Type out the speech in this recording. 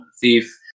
thief